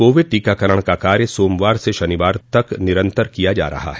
Covid टीकाकरण का कार्य सोमवार से शनिवार तक निरंतर किया जा रहा है